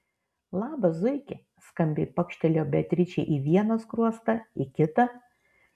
labas zuiki skambiai pakštelėjo beatričei į vieną skruostą į kitą